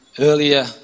earlier